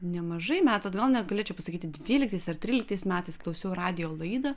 nemažai metų todėl negalėčiau pasakyti dvyliktais tryliktais metais klausiau radijo laidą